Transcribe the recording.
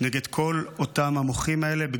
נגד כל אותם המוחים האלה.